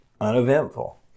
uneventful